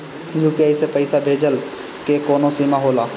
UPI से पईसा भेजल के कौनो सीमा होला?